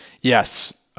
Yes